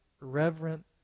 reverent